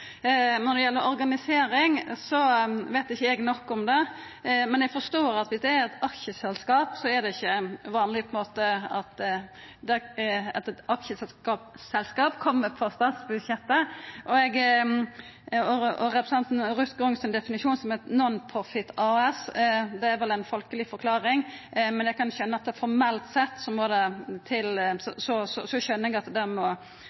Når det gjeld organisering, veit ikkje eg nok om det, men eg forstår at viss det er eit aksjeselskap, er det ikkje vanleg at eit aksjeselskap kjem frå statsbudsjettet. Representanten Ruth Grungs definisjon, eit non-profitt AS, er vel ei folkeleg forklaring, men eg skjønar at det må